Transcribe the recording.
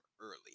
early